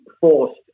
forced